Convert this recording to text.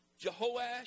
Jehoash